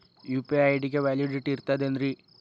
UPI ID ಗೆ validity ಇರತದ ಏನ್ರಿ?